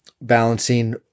balancing